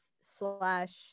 slash